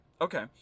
Okay